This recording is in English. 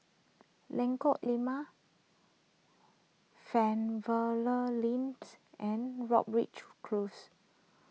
Lengkok Lima Fernvale Link and Close